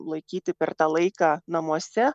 laikyti per tą laiką namuose